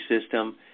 System